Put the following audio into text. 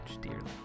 dearly